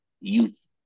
youth